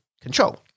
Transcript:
control